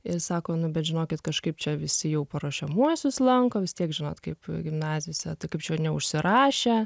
ir sako nu bet žinokit kažkaip čia visi jau paruošiamuosius lanko vis tiek žinot kaip gimnazijose kaip čia neužsirašę